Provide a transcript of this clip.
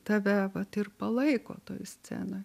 tave vat ir palaiko toj scenoj